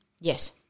Yes